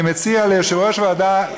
אני מציע ליושב-ראש הוועדה,